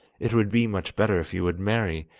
it would be much better if you would marry,